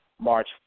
March